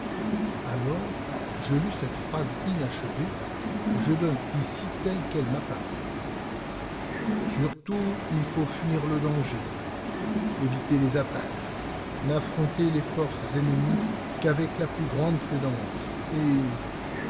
alors je lus cette phrase inachevée que je donne ici telle qu'elle m'apparut surtout il faut fuire le danger éviter les ataques n'affronter les forces enemies qu'avec la plus grande prudance et